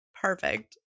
Perfect